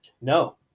no